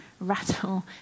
rattle